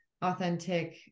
authentic